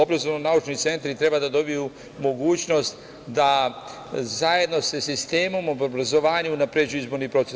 Obrazovno-naučni centri treba da dobiju mogućnost da zajedno sa sistemom obrazovanja unapređuju izborni proces.